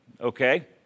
Okay